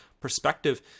perspective